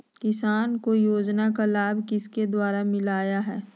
किसान को योजना का लाभ किसके द्वारा मिलाया है?